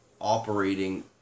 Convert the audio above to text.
operating